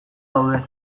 daude